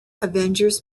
avengers